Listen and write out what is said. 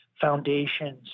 foundations